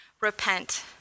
repent